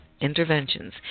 Interventions